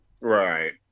Right